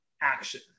action